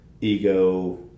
ego